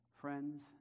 Friends